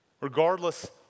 Regardless